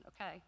okay